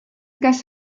kas